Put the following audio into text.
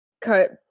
cut